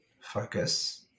focus